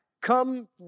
come